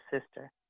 sister